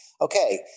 okay